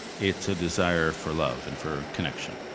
it's a desire for love and for connection,